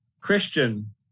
Christian